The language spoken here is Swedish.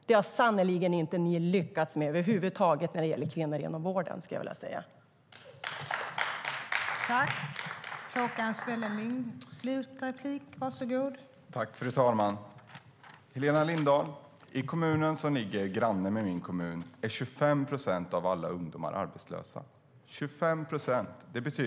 Det har sannerligen ni inte lyckats med över huvud taget när det gäller kvinnor inom vården.